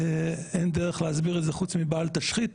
אין דרך להסביר את זה חוץ מבל תשחית.